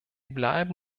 bleiben